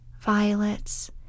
violets